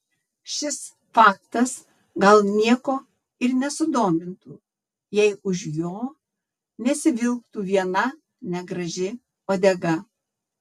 šis faktas gal nieko ir nesudomintų jei už jo nesivilktų viena negraži uodega